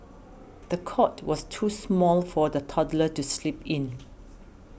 the cot was too small for the toddler to sleep in